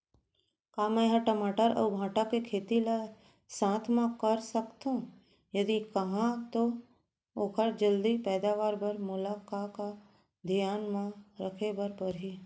का मै ह टमाटर अऊ भांटा के खेती ला साथ मा कर सकथो, यदि कहाँ तो ओखर जलदी पैदावार बर मोला का का धियान मा रखे बर परही?